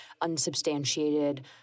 unsubstantiated